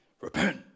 Repent